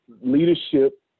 leadership